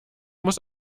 muss